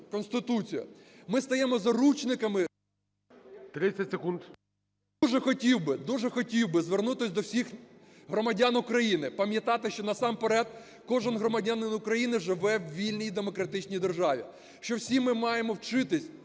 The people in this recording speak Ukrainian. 30 секунд. ТЕТЕРУК А.А. Дуже хотів би звернутись до всіх громадян України пам’ятати, що насамперед кожен громадянин України живе у вільній демократичній державі, що всі ми маємо вчитись